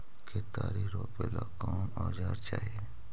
केतारी रोपेला कौन औजर चाही?